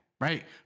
right